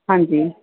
ਹਾਂਜੀ